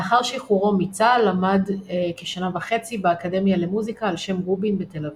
לאחר שחרורו מצה"ל למד כשנה וחצי באקדמיה למוזיקה על שם רובין בתל אביב.